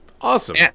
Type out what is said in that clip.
Awesome